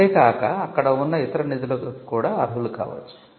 అంతే కాక అక్కడ ఉన్న ఇతర నిధులకు కూడా అర్హులు కావచ్చు